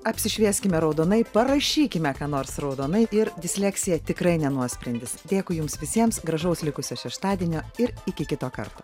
apsišvieskime raudonai parašykime ką nors raudonai ir disleksija tikrai ne nuosprendis dėkui jums visiems gražaus likusio šeštadienio ir iki kito karto